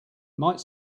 might